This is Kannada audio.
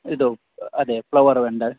ಇದು ಅದೇ ಫ್ಲವರ್ ವೆಂಡರ್